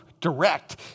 direct